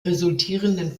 resultierenden